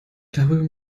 darüber